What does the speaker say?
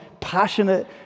passionate